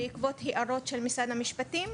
בעקבות הערות של משרד המשפטים,